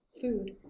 Food